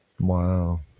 Wow